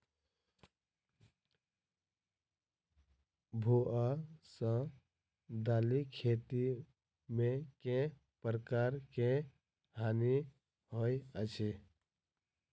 भुआ सँ दालि खेती मे केँ प्रकार केँ हानि होइ अछि?